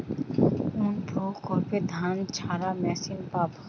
কোনপ্রকল্পে ধানঝাড়া মেশিন পাব?